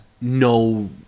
no